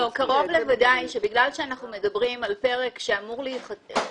קרוב לוודאי שבגלל שאנחנו מדברים על פרק שאמור להיכתב,